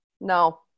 No